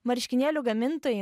marškinėlių gamintojai